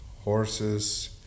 horses